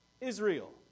Israel